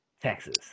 Texas